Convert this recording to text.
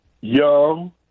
Young